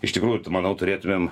iš tikrųjų tai manau turėtumėm